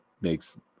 makes